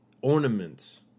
ornaments